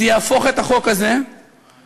זה יהפוך את החוק הזה לענייני,